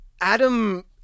Adam